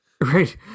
Right